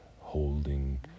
holding